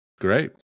Great